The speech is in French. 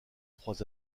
trois